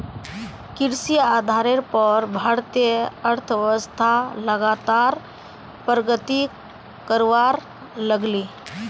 कृषि आधारेर पोर भारतीय अर्थ्वैव्स्था लगातार प्रगति करवा लागले